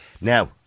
Now